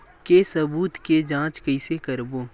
के सबूत के जांच कइसे करबो?